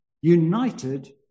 united